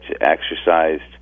exercised